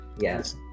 Yes